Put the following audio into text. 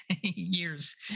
years